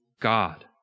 God